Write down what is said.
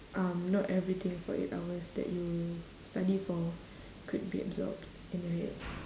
um not everything for eight hours that you study for could be absorbed in your head